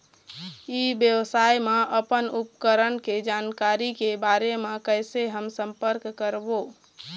ई व्यवसाय मा अपन उपकरण के जानकारी के बारे मा कैसे हम संपर्क करवो?